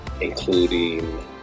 including